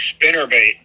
spinnerbait